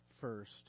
first